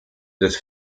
des